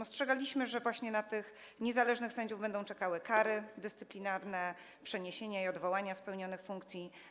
Ostrzegaliśmy, że właśnie na tych niezależnych sędziów będą czekały kary dyscyplinarne, przeniesienia i odwołania z pełnionych funkcji.